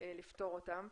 לפתור אותן.